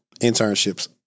internships